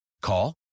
Call